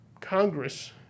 Congress